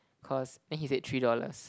cause then he said three dollars